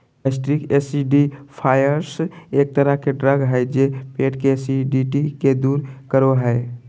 gastric acidifiers एक तरह के ड्रग हय जे पेट के एसिडिटी के दूर करो हय